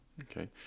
Okay